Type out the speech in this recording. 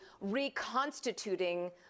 reconstituting